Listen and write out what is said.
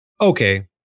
Okay